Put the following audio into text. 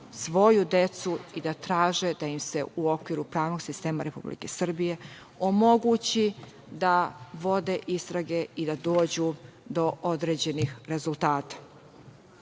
svoju decu i da traže da im se u okviru pravnog sistema Republike Srbije, omogući da vode istrage i da dođu do određenih rezultata. Neko